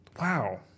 Wow